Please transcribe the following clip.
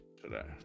today